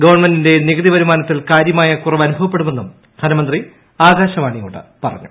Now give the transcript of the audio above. ഗവൺമെന്റിന്റെ നികുതി വരുമാനത്തിൽ കാര്യമായ കുറവ് അനുഭവപ്പെടുമെന്നും ധനമന്ത്രി ആകാശവാണിയോട് പറഞ്ഞു